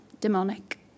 demonic